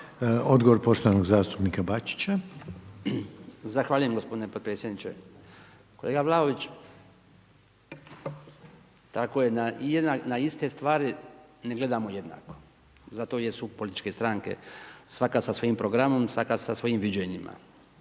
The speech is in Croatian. Odgovor poštovanog zastupnika Bačića. **Bačić, Branko (HDZ)** Zahvaljujem gospodine potpredsjedniče. Kolega Vlaović, tako je, na iste stvari ne gledamo jednako zato jer su političke stranke svaka sa svojim programom, svaka sa svojim viđenjima.